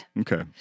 Okay